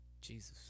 Jesus